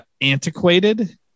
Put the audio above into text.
antiquated